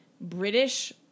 British